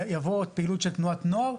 תבוא פעילות של תנועת נוער,